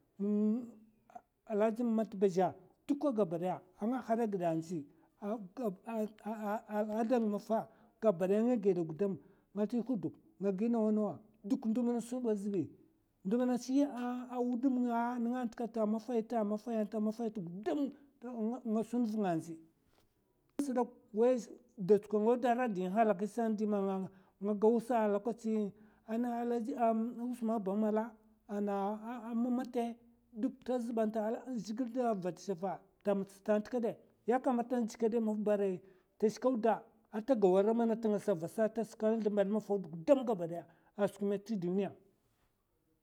alhaji mada ba azhe duka gabadaya anga gaɓa giɓe andzi. a alada nga nga maffa duka gabadaya. nga tsi huduk, dukka gabaɓaya ahalaki dukka a nga haɓa gida andzi a alada nga a nga maffa duka gaba daya a ndzi nga tsi huduk, nga gi nawa nawa duk ndo mana asun bi asata azèay. ndo azli a wudam nga nenga a nta nenga duka nga sun venga andzi, da tsuka nga a wuda aray ni n'halaki, anda alhaji ba malla anda mamate ta mutsta ama zhigile tavata shefe man nga giya. a yakamata. njekadi maffa ta nshke auda ata gau arantenga'a sa avasa, gudam gaba ɓaya a skwi nte duniya.